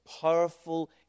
powerful